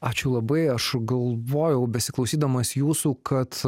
ačiū labai aš galvojau besiklausydamas jūsų kad